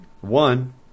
One